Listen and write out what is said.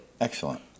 Excellent